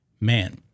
Man